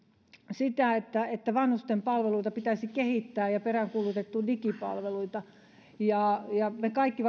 sitä että että vanhusten palveluita pitäisi kehittää ja peräänkuulutettu digipalveluita me kaikki